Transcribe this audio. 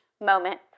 moment